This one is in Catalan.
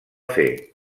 fer